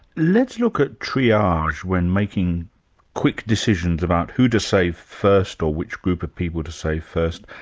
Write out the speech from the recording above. let's look at triage when making quick decisions about who to save first or which group of people to save first.